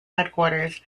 headquarters